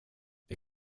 det